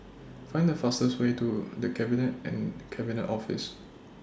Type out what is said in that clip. Find The fastest Way to The Cabinet and Cabinet Office